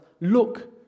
Look